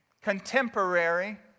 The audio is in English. Contemporary